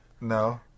No